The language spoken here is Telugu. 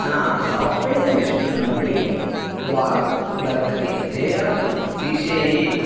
నా షాపింగ్ లిస్టు నుండి వాఘ్ బక్రీ తేయాకు తీసేయి